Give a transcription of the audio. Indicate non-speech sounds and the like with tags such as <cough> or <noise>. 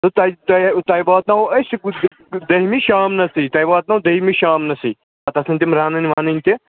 تہٕ تۄہہِ تۄہہِ واتناوو أسۍ <unintelligible> دٔہِمہِ شامنَسٕے تۄہہِ واتنو دٔہِمہِ شامنَسٕے پَتہٕ آسَن تِم رَنٕنۍ وَنٕنۍ تہِ